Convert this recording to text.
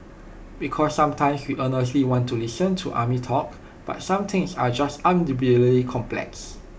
because sometimes we earnestly want to listen to army talk but some things are just unbelievably complex